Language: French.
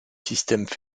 système